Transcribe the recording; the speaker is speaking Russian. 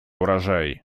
урожай